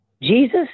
Jesus